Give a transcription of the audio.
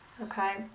Okay